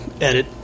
edit